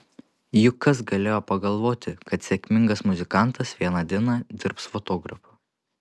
juk kas galėjo pagalvoti kad sėkmingas muzikantas vieną dieną dirbs fotografu